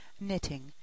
knitting